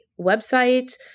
website